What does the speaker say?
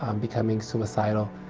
um becoming suicidal,